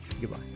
Goodbye